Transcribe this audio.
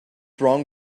wrong